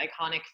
iconic